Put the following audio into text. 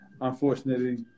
unfortunately